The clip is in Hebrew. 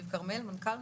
בבקשה.